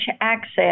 access